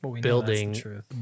building